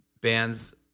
bands